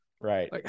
Right